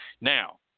now